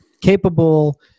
capable